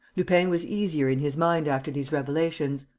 lupin was easier in his mind after these revelations.